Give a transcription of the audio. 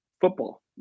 football